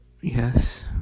yes